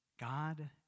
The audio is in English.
God